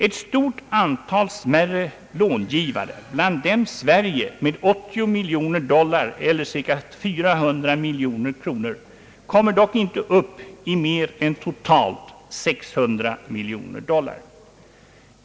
Ett stort antal smärre långivare, bland dem Sverige med 80 miljoner dollar eller cirka 400 miljoner kronor, kommer dock inte upp i mer än totalt 600 miljoner dollar.